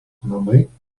namai